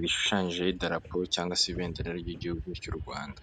bishushanyijeho idarapo cyangwa se ibendera ry'igihugu cy'u Rwanda.